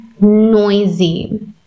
noisy